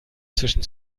zwischen